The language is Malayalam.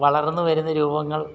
വളർന്നു വരുന്ന രൂപങ്ങൾ